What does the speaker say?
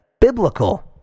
biblical